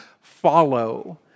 follow